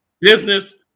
business